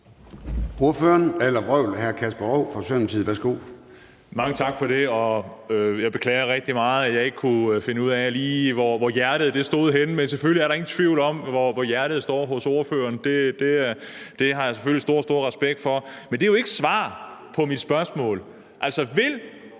Værsgo. Kl. 10:20 Kasper Roug (S): Mange tak for det. Og jeg beklager rigtig meget, at jeg ikke lige kunne finde ud af, hvor hjertet var henne, men selvfølgelig er der ingen tvivl om, hvor hjertet er hos ordføreren, og det har jeg selvfølgelig stor, stor respekt for. Men det er jo ikke et svar på mit spørgsmål. Altså, vil